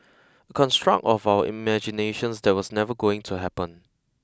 construct of our imaginations that was never going to happen